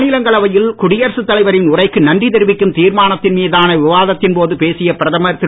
மாநிலங்களவையில் குடியரசு தலைவரின் உரைக்கு நன்றி தெரிவிக்கும் தீர்மானத்தின் மீதான விவாதத்தின் போது பேசிய பிரதமர் திரு